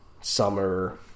summer